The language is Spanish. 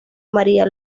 maría